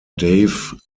dave